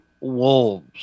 wolves